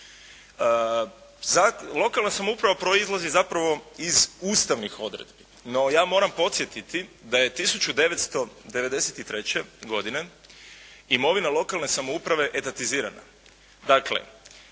Lokalna samouprava proizlazi zapravo iz ustavnih odredbi. No, ja moram podsjetiti da je 1993. godine imovina lokalne samouprave etatizirana.